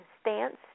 stance